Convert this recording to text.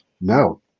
No